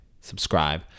subscribe